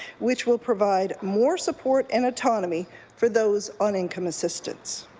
which will provide more support and autonomy for those on income assistance.